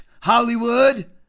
Hollywood